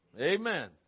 Amen